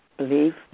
Believe